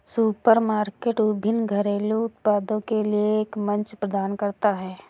supermarket विभिन्न घरेलू उत्पादों के लिए एक मंच प्रदान करता है